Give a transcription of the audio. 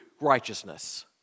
righteousness